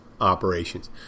operations